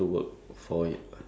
ya but the thing